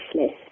list